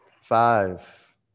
Five